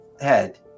head